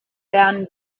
werden